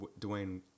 Dwayne